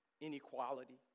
inequality